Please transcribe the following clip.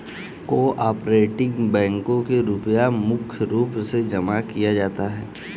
को आपरेटिव बैंकों मे रुपया मुख्य रूप से जमा किया जाता है